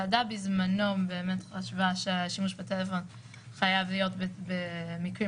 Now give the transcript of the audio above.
יכול להיות שיש לפעמים